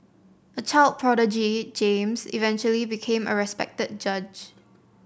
a child prodigy James eventually became a respected judge